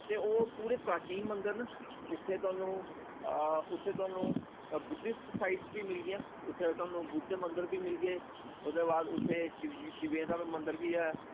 ते ओह् पुरे प्राचीन मंदर न उत्थे थोआनू उत्थे थोआनू बुद्धिस्ट साइट्स वी मिलगियां उत्थे थोआनू बुद्ध मंदर वी मिलगे उदे बाद उत्थे शिवजी शिवें दा मंदर वी ऐ